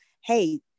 hey